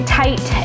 tight